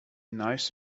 nice